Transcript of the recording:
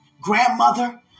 Grandmother